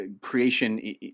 creation